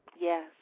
Yes